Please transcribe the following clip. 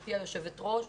גבירתי היושבת-ראש,